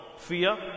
Fear